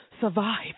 survive